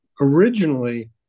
originally